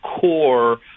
core